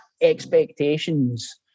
expectations